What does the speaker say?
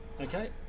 Okay